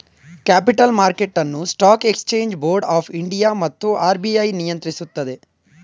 capital market ಅನ್ನು stock exchange board of India ಮತ್ತು RBI ನಿಯಂತ್ರಿಸುತ್ತದೆ